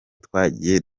twagiye